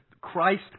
Christ